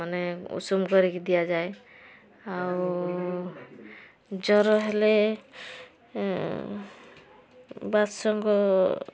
ମାନେ ଉଷୁମ କରିକି ଦିଆଯାଏ ଆଉ ଜ୍ୱର ହେଲେ ବାସଙ୍ଗ